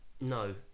no